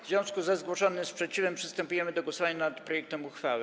W związku ze zgłoszonym sprzeciwem przystępujemy do głosowania nad projektem uchwały.